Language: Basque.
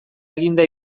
eginda